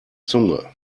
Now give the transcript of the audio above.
zunge